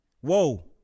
Whoa